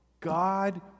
God